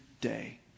day